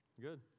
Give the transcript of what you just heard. good